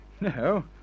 No